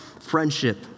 friendship